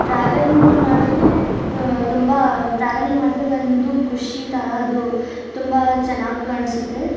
travelling ಮಾಡೋದು ತುಂಬ travelling ಮಾಡಿದ್ರೆ ಒಂದು ಖುಷಿ ಥರ ತುಂಬ ಚೆನ್ನಾಗಿ ಕಾಣಿಸುತ್ತೆ